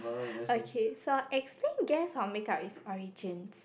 okay so explain guess or make up it's origins